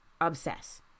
obsess